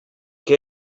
que